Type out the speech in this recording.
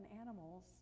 animals